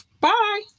Bye